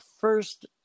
first